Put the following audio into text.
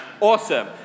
Awesome